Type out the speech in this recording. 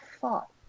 thought